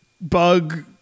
bug